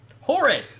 horrid